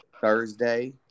Thursday